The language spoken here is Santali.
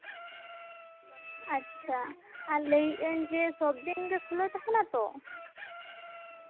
ᱟᱪᱪᱷᱟ ᱞᱟᱹᱭ ᱤᱫᱟᱹᱧ ᱡᱮ ᱥᱚᱵ ᱫᱤᱱᱜᱮ ᱠᱷᱩᱞᱟᱹᱣ ᱛᱟᱦᱮᱱᱟ ᱛᱚ